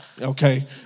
Okay